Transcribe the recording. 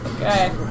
Okay